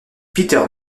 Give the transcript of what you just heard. peter